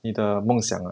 你的梦想 ah